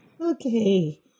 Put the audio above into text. Okay